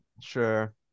sure